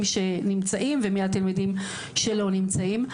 שנמצאים ומי התלמידים שלא נמצאים.